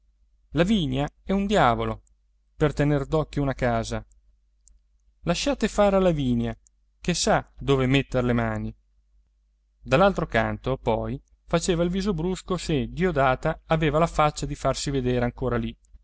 decotti lavinia è un diavolo per tener d'occhio una casa lasciate fare a lavinia che sa dove metter le mani dall'altro canto poi faceva il viso brusco se diodata aveva la faccia di farsi vedere ancora lì